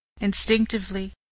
Instinctively